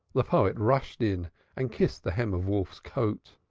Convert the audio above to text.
the poet rushed in and kissed the hem of wolf's coat.